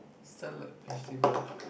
Starlight Festival